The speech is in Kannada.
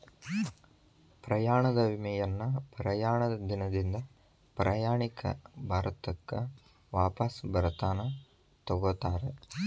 ಪ್ರಯಾಣದ ವಿಮೆಯನ್ನ ಪ್ರಯಾಣದ ದಿನದಿಂದ ಪ್ರಯಾಣಿಕ ಭಾರತಕ್ಕ ವಾಪಸ್ ಬರತನ ತೊಗೋತಾರ